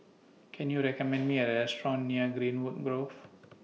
Can YOU recommend Me A Restaurant near Greenwood Grove